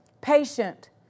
Patient